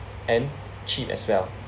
and cheap as well